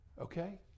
Okay